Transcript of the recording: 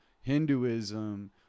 Hinduism